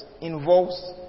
involves